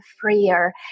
freer